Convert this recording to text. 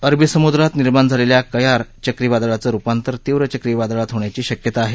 अरबी समुद्रात निर्माण झालेल्या कयार चक्रीवादळाचं रूपांतर तीव्र चक्रीवादळात होण्याची शक्यता आहे